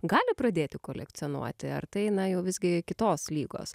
gali pradėti kolekcionuoti ar tai na jau visgi kitos lygos